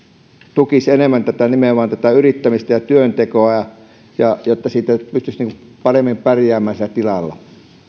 tukisi enemmän nimenomaan tätä yrittämistä ja työntekoa jotta pystyisi paremmin pärjäämään siellä tilalla